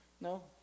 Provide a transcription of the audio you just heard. No